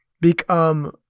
become